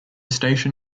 station